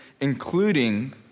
including